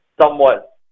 somewhat